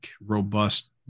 robust